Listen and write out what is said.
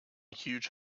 huge